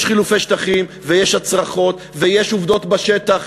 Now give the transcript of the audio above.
יש חילופי שטחים ויש הצרחות ויש עובדות בשטח,